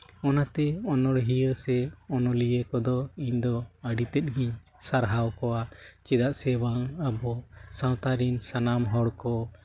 ᱚᱱᱟᱛᱮ ᱚᱱᱚᱬᱦᱤᱭᱟᱹ ᱥᱮ ᱚᱱᱚᱞᱤᱭᱟᱹ ᱠᱚᱫᱚ ᱤᱧᱫᱚ ᱟᱹᱰᱤᱛᱮᱫ ᱜᱮᱧ ᱥᱟᱨᱦᱟᱣ ᱠᱚᱣᱟ ᱪᱮᱫᱟᱜ ᱥᱮ ᱵᱟᱝ ᱟᱵᱚ ᱥᱟᱶᱛᱟ ᱨᱮᱱ ᱥᱟᱱᱟᱢ ᱦᱚᱲ ᱠᱚ